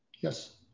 Yes